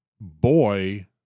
boy